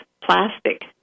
plastic